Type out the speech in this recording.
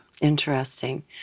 Interesting